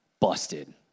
Busted